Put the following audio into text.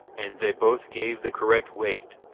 and they both gave the correct weight!